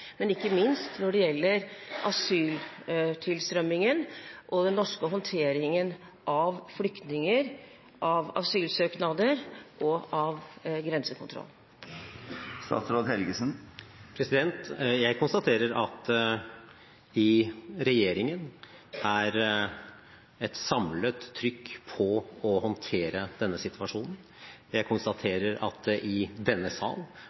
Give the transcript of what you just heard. men ikke minst når det gjelder asyltilstrømmingen og den norske håndteringen av flyktninger, av asylsøknader og av grensekontroll. Jeg konstaterer at det i regjeringen er et samlet trykk på å håndtere denne situasjonen. Jeg konstaterer at det i denne sal,